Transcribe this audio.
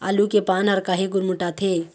आलू के पान हर काहे गुरमुटाथे?